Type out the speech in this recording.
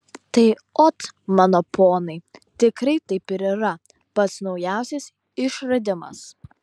tai ot mano ponai tikrai taip ir yra pats naujausias išradimas